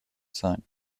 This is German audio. sein